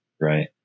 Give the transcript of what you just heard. right